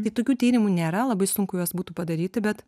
tai tokių tyrimų nėra labai sunku juos būtų padaryti bet